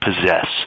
possess